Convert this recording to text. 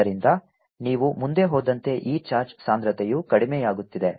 ಆದ್ದರಿಂದ ನೀವು ಮುಂದೆ ಹೋದಂತೆ ಈ ಚಾರ್ಜ್ ಸಾಂದ್ರತೆಯು ಕಡಿಮೆಯಾಗುತ್ತಿದೆ